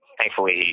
thankfully